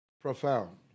Profound